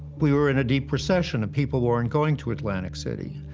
we were in a deep recession and people weren't going to atlantic city,